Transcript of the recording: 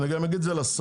אני גם אגיד את זה לשר,